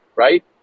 Right